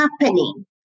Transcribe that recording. happening